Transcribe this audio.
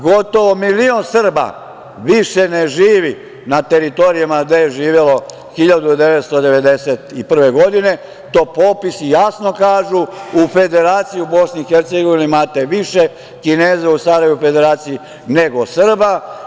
Gotovo milion Srba više ne živi na teritorijama gde je živelo 1991. godine, to popisi jasno kažu, u Federaciji Bosne i Hercegovine imate više Kineza u Sarajevu u Federaciji nego Srba.